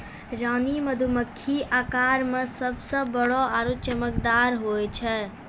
रानी मधुमक्खी आकार मॅ सबसॅ बड़ो आरो चमकदार होय छै